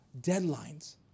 deadlines